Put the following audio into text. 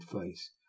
face